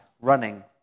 running